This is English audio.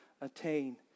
attain